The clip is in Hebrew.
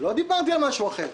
לא דיברתי על משהו אחר.